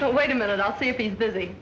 to wait a minute i'll see if he's busy